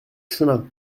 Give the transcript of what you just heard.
chemins